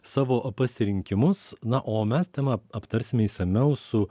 savo pasirinkimus na o mes temą aptarsime išsamiau su